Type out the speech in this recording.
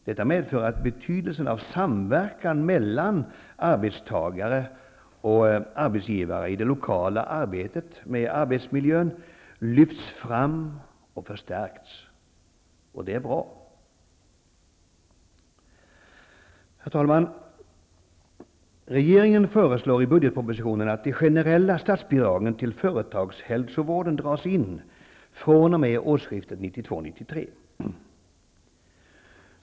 Detta medför att betydelsen av samverkan mellan arbetstagare och arbetsgivare i det lokala arbetet med arbetsmiljön lyfts fram och förstärkts. Det är bra. Herr talman! Regeringen föreslår i budgetpropositionen att de generella statsbidragen till företagshälsovården dras in fr.o.m. årsskiftet 1992/93.